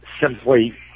simply